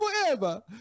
forever